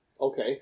Okay